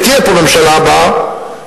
ותהיה פה הממשלה הבאה,